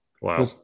Wow